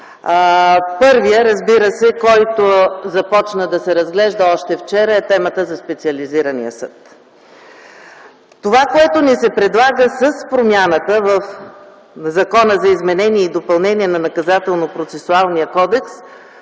Първата тема, която започна да се разглежда още вчера, е за специализирания съд. Това, което ни се предлага с промяна в Закона за изменение и допълнение на